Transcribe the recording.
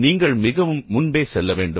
நீங்கள் மிகவும் முன்பே செல்ல வேண்டும்